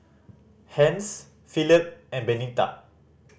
Hence Phillip and Benita